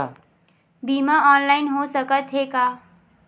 बीमा ऑनलाइन हो सकत हे का?